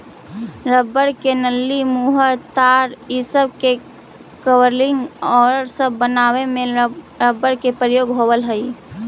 rubber के नली, मुहर, तार इ सब के कवरिंग औउर सब बनावे में रबर के प्रयोग होवऽ हई